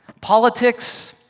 Politics